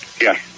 Yes